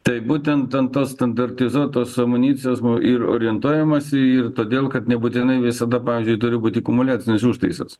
tai būtent ant tos standartizuotos amunicijos buvo ir orientuojamasi ir todėl kad nebūtinai visada pavyzdžiui turi būti komuliacinis užtaisas